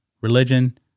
religion